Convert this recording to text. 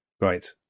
right